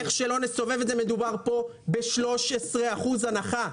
זה לא דיור בר השגה.